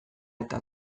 eta